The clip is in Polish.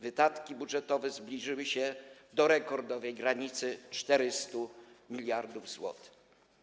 Wydatki budżetowe zbliżyły się do rekordowej granicy 400 mld zł.